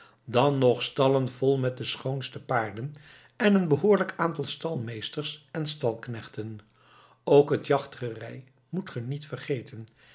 dan nog stallen vol met de schoonste paarden en een behoorlijk aantal stalmeesters en stalknechten ook het jachtgerei moet ge niet vergeten